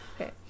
okay